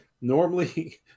Normally